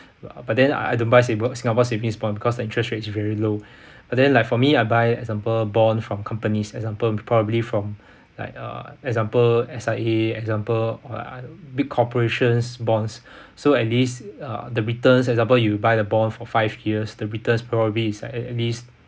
uh but then I advise don't buy singapore savings bond because the interest rates is very low but then like for me I buy example bond from companies example probably from like uh example S_I_A example uh big corporations bonds so at least uh the returns example you buy the bond for five years the returns probably is like at at least